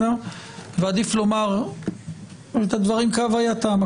עדיף לומר את הדברים כהווייתם.